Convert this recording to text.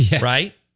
Right